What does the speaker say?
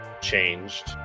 changed